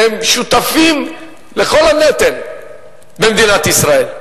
שהם שותפים לכל הנטל במדינת ישראל,